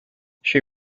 she